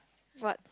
what